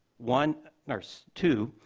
one, or so two,